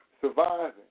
surviving